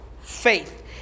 faith